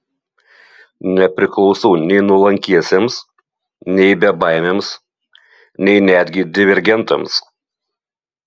nepriklausau nei nuolankiesiems nei bebaimiams nei netgi divergentams